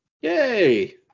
Yay